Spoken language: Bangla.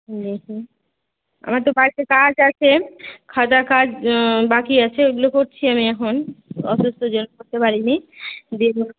দেখি আমার তো বাড়িতে কাজ আছে খাতার কাজ বাকি আছে ওইগুলো করছি আমি এখন অসুস্থতার জন্য করতে পারি নি দেখ